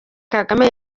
kagame